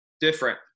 different